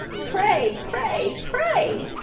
pray pray pray!